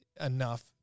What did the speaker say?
enough